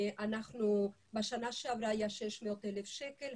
בשנה שעברה היה 600,000 שקל,